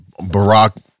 Barack